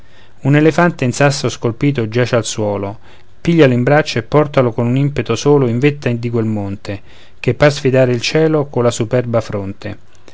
un elefante in sasso scolpito giace al suolo piglialo in braccio e portalo con un impeto solo in vetta di quel monte che par sfidare il cielo colla superba fronte